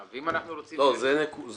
ואם אנחנו רוצים להגיש עכשיו?